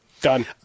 Done